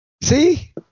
See